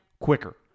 quicker